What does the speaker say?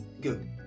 Good